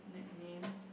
nickname